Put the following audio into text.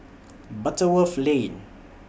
Butterworth Lane